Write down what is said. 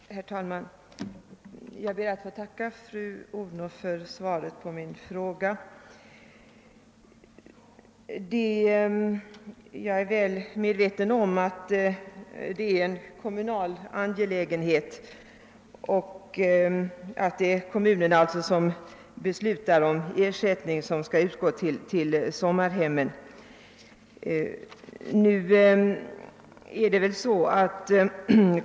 Herr talman! Jag ber att få tacka fru Odhnoff för svaret på min fråga. Jag är väl medveten om att detta gäl ler en kommunal angelägenhet och att det är kommunerna som beslutar om den ersättning som skall utgå till sommarhemmen, men socialstyrelsen bör kunna vara pådrivande.